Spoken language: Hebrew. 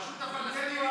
הרשות הפלסטינית,